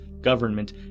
government